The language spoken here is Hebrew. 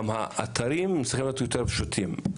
האתרים צריכים להיות יותר פשוטים.